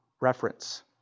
reference